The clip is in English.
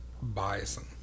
Bison